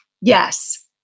yes